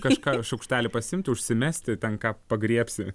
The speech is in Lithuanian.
kažką šaukštelį pasiimti užsimesti ten ką pagriebsi